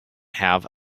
have